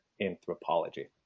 anthropology